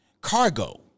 cargo